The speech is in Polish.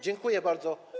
Dziękuję bardzo.